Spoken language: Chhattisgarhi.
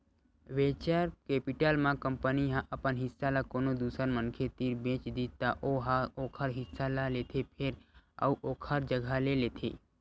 वेंचर केपिटल म कंपनी ह अपन हिस्सा ल कोनो दूसर मनखे तीर बेच दिस त ओ ह ओखर हिस्सा ल लेथे फेर अउ ओखर जघा ले लेथे